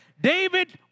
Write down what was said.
David